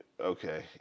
okay